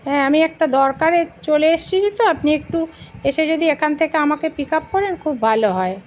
হ্যাঁ আমি একটা দরকারে চলে এসেছি তো আপনি একটু এসে যদি এখান থেকে আমাকে পিক আপ করেন খুব ভালো হয়